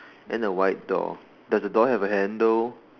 and a white door does the door have a handle